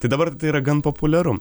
tai dabar tai yra gan populiaru